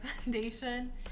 Foundation